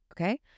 okay